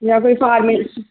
ਮੈਂ ਕੋਈ ਫਾਰਮੇਸੀ